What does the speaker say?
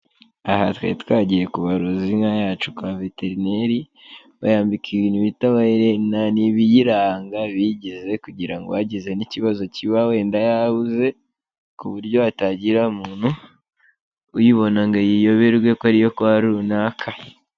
Aha twari twagiye kubaruza inka yacu ka veterineri, bayambika ibintu bita amaherena ni ibiyiranga, ibiyigize kugira ngo hagize n'ikibazo kiba wenda yabuze, ku buryo hatagira umuntu uyibona ngo ayiyoberwe ko ari iyo kwa runaka.